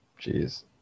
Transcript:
Jeez